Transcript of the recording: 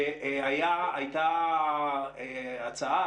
הייתה הצעה,